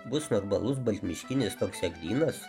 bus normalus baltmiškinis toks eglynas